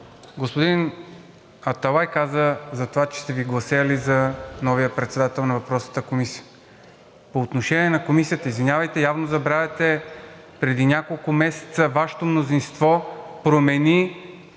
Господин Аталай каза за това, че са Ви гласели за новия председател на въпросната комисия. По отношение на Комисията, извинявайте, явно забравяте. Преди няколко месеца Вашето мнозинство промени